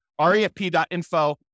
refp.info